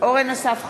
אורן אסף חזן,